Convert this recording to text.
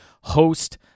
host